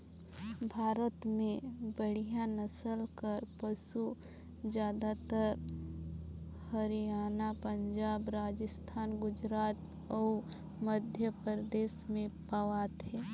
भारत में बड़िहा नसल कर पसु जादातर हरयाना, पंजाब, राजिस्थान, गुजरात अउ मध्यपरदेस में पवाथे